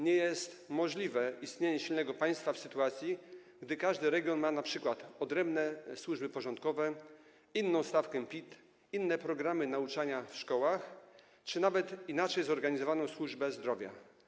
Nie jest możliwe istnienie silnego państwa w sytuacji, gdy każdy region ma np. odrębne służby porządkowe, inną stawkę PIT, inne programy nauczania w szkołach czy nawet inaczej zorganizowaną służbę zdrowia.